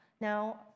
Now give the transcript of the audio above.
Now